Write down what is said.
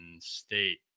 state